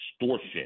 extortion